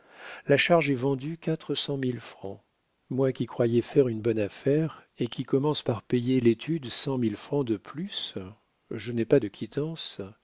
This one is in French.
la charge est vendue quatre cent mille francs moi qui croyais faire une bonne affaire et qui commence par payer l'étude cent mille francs de plus je n'ai pas de quittance